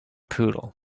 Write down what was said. poodle